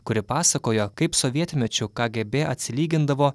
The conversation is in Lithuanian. kuri pasakojo kaip sovietmečiu kgb atsilygindavo